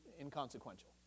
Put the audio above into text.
inconsequential